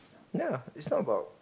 ya it's not about